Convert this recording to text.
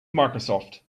microsoft